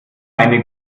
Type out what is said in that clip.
eine